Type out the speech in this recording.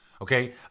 okay